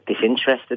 disinterested